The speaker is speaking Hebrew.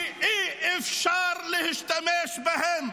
-- שאי-אפשר להשתמש בהם.